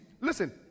Listen